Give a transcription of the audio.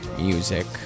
music